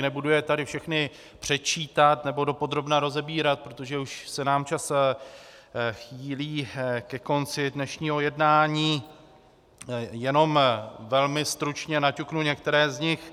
Nebudu je tady všechny předčítat nebo dopodrobna rozebírat, protože už se nám čas chýlí ke konci dnešního jednání, jenom velmi stručně naťuknu některé z nich.